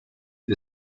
the